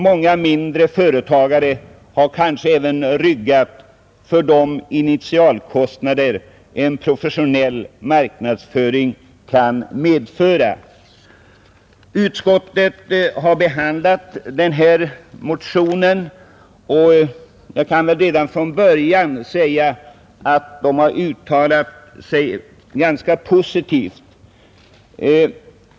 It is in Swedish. Många mindre företagare har kanske även ryggat för de initialkostnader en professionell marknadsföring kan medföra.” Utskottet har behandlat den här motionen, och jag kan säga att man har uttalat sig ganska positivt.